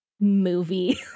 movie